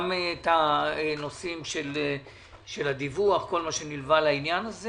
גם בנושאים של הדיווח, כל מה שנלווה לעניין הזה.